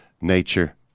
nature